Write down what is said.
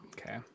okay